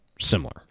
similar